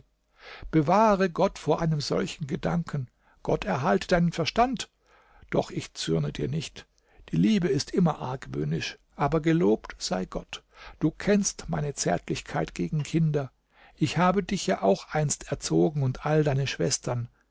bewahre gott vor einem solchen gedanken gott erhalte deinen verstand doch ich zürne dir nicht die liebe ist immer argwöhnisch aber gelobt sei gott du kennst meine zärtlichkeit gegen kinder ich habe dich ja auch einst erzogen und alle deine schwestern